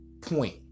point